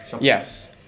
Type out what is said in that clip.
Yes